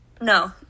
No